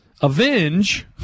avenge